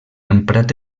emprat